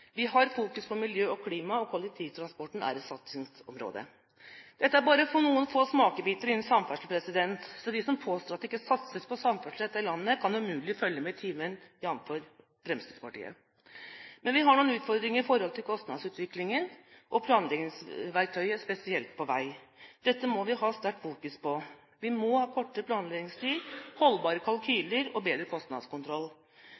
Vi har fokus på miljø og klima, og kollektivtransporten er et satsingsområde. Dette er bare noen få smakebiter innen samferdsel, så de som påstår at det ikke satses på samferdsel i dette landet, kan umulig følge med i timen, jf. Fremskrittspartiet. Men vi har noen utfordringer i forhold til kostnadsutviklingen og planleggingsverktøyet spesielt på vei. Dette må vi ha sterkt søkelys på. Vi må ha kortere planleggingstid, holdbare